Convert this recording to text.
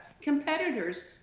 competitors